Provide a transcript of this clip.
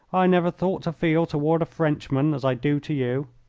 i never thought to feel toward a frenchman as i do to you.